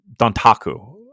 Dantaku